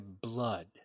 blood